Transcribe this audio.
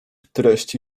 treści